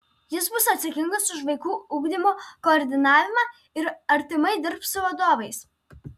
jis bus atsakingas už vaikų ugdymo koordinavimą ir artimai dirbs su vadovais